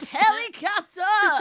helicopter